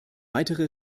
weitere